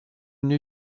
une